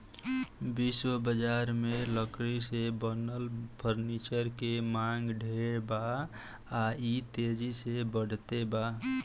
विश्व बजार में लकड़ी से बनल फर्नीचर के मांग ढेर बा आ इ तेजी से बढ़ते बा